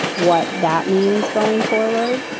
what that means going forward